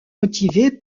motivé